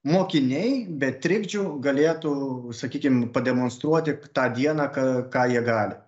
mokiniai be trikdžių galėtų sakykim pademonstruoti tą dieną ką jie gali